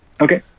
okay